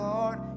Lord